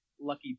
lucky